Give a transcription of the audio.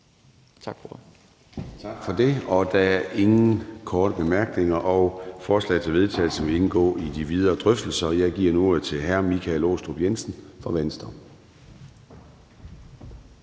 Tak for det. Der er ingen korte bemærkninger. Forslaget til vedtagelse vil indgå i de videre drøftelser. Jeg giver nu ordet til hr. Michael Aastrup Jensen fra Venstre.